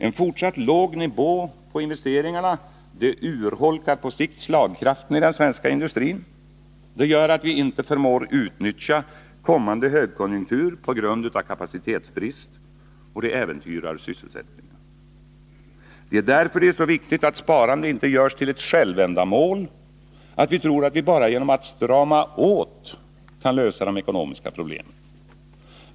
En fortsatt låg nivå på investeringarna urholkar på sikt slagkraften i den svenska industrin, gör att vi inte förmår utnyttja kommande högkonjunkturer på grund av kapacitetsbrist och äventyrar sysselsättningen. Det är därför det är så viktigt att sparandet inte görs till ett självändamål, att vi tror att vi bara genom att strama åt kan lösa de ekonomiska problemen.